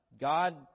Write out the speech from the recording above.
God